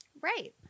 Right